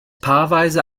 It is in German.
paarweise